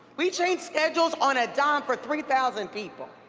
we change schedules on a dime for three thousand people.